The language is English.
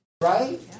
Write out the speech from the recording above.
Right